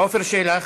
עפר שלח,